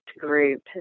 group